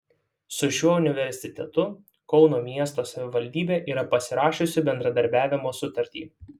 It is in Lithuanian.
su šiuo universitetu kauno miesto savivaldybė yra pasirašiusi bendradarbiavimo sutartį